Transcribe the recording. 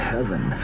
Heaven